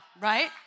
right